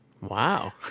wow